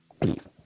Please